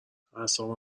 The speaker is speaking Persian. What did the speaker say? اعصابم